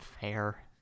Fair